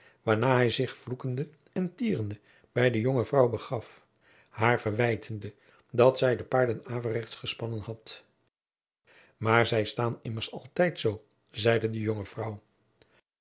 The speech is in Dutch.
waarna hij zich vloekende en tierende bij de jonge vrouw begaf haar verwijtende dat zij de paarden averechts gespannen had maar zij staan immers altijd zoo zeide de jonge vrouw